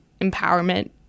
empowerment